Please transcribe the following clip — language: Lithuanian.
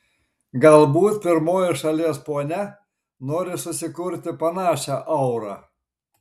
galbūt pirmoji šalies ponia nori susikurti panašią aurą